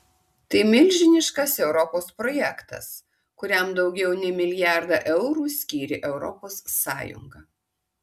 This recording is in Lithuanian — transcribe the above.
tai milžiniškas europos projektas kuriam daugiau nei milijardą eurų skyrė europos sąjunga